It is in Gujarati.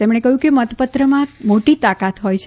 તેમણે કહ્યુંકે મતપત્રમાં મોટી તાકાત હોય છે